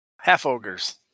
Half-ogres